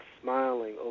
smiling